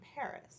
Paris